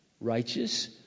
righteous